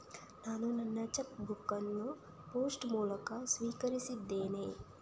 ನಾನು ನನ್ನ cheque book ಅನ್ನು ಪೋಸ್ಟ್ ಮೂಲಕ ಸ್ವೀಕರಿಸಿದ್ದೇನೆ